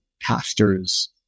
pastors